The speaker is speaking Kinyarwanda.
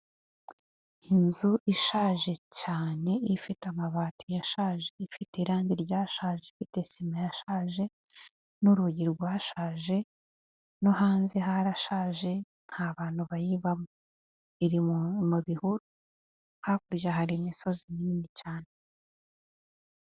Inzu ishaje cyane ifite amabati yashaje, ifite irangi ryashaje, ifite sima yashaje, n'urugi rwashaje no hanze harashaje, nta abantu bayibamo, iri mu bihu, hakurya hari imisozi minini cyane.